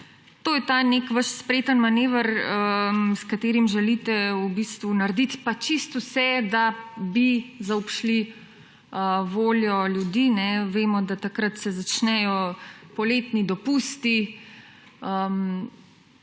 To je ta nek vaš spreten manever, s katerim želite v bistvu narediti pa čisto vse, da bi zaobšli voljo ljudi. Vemo, da takrat se začnejo poletni dopusti